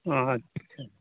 ᱟᱪᱪᱷᱟ